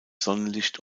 sonnenlicht